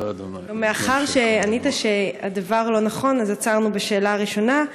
מאחר שענית שהדבר לא נכון אז עצרנו בשאלה הראשונה,